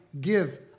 give